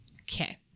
Okay